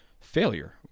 failure